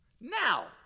now